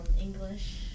English